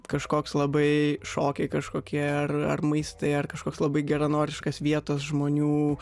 kažkoks labai šokiai kažkokie ar ar maistai ar kažkoks labai geranoriškas vietos žmonių